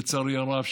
לצערי הרב,